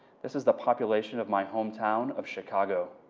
this is the population of my hometown of chicago.